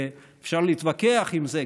אפשר להתווכח על זה,